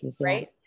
right